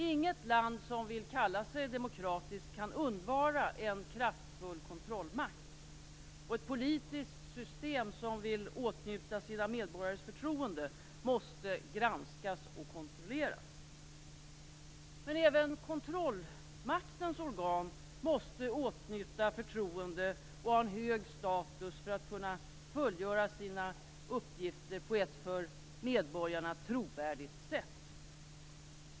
Inget land som vill kalla sig demokratiskt kan undvara en kraftfull kontrollmakt, och ett politiskt system som vill åtnjuta sina medborgares förtroende måste granskas och kontrolleras. Men även kontrollmaktens organ måste åtnjuta förtroende och ha en hög status för att kunna fullgöra sina uppgifter på ett för medborgarna trovärdigt sätt.